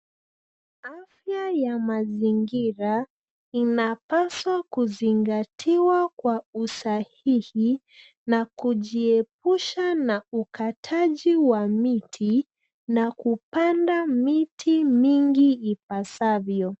Afya ya mazingira inapaswa kuzingatiwa kwa usahihi na kujiepusha na ukataji wa miti na kupanda miti mingi ipasavyo.